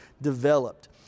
developed